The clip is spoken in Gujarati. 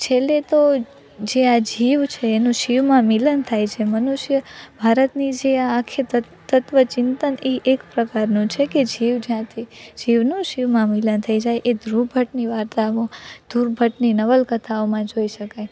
છેલ્લે તો જે આ જીવ છે એનું શિવમાં મિલન થાય છે મનુષ્ય ભારતની જે આખી તત્વ તત્વચિંતન એ એક પ્રકારનો છે કે જીવ જ્યાંથી જીવનું શિવમાં મિલન થઈ જાય એ ધ્રુવ ભટ્ટની વાર્તામાં ધ્રુવ ભટ્ટની નવલકથાઓમાં જોઈ શકાય